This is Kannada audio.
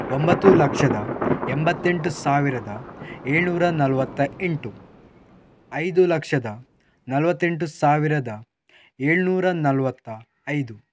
ಒಂಬತ್ತು ಲಕ್ಷದ ಎಂಬತ್ತೆಂಟು ಸಾವಿರದ ಏಳು ನೂರ ನಲವತ್ತ ಎಂಟು ಐದು ಲಕ್ಷದ ನಲವತ್ತೆಂಟು ಸಾವಿರದ ಏಳುನೂರ ನಲವತ್ತ ಐದು